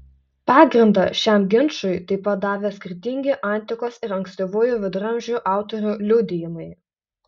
pagrindą šiam ginčui taip pat davė skirtingi antikos ir ankstyvųjų viduramžių autorių liudijimai